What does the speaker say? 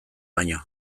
baino